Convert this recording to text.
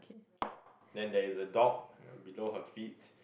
okay then there is a dog below her feet